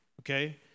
okay